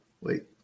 Wait